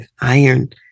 iron